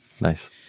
Nice